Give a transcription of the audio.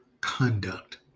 conduct